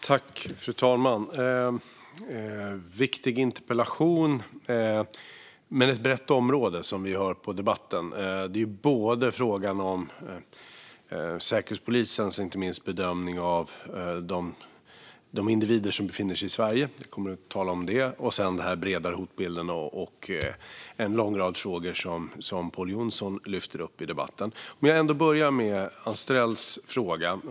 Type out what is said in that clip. Fru talman! Detta är en viktig interpellation med ett brett område, som vi hör på debatten. Det är både, och inte minst, fråga om Säkerhetspolisens bedömning av de individer som befinner sig i Sverige - vi kommer att tala om det - och om den bredare hotbilden och en lång rad frågor som Pål Jonson lyfter upp i debatten. Jag börjar ändå med Anstrells fråga.